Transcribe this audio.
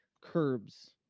curbs